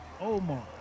Omar